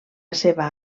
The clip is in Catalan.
seva